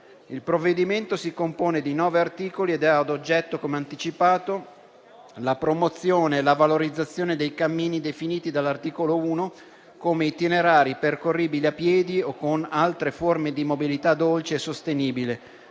Il provvedimento si compone di 9 articoli ed ha ad oggetto, come anticipato, la promozione e la valorizzazione dei cammini definiti dall'articolo 1 come itinerari percorribili a piedi o con altre forme di mobilità dolce e sostenibile,